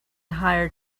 hire